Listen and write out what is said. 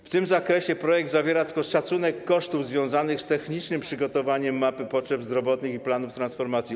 W tym zakresie projekt zawiera tylko szacunek kosztów związanych z technicznym przygotowaniem mapy potrzeb zdrowotnych i planów transformacji.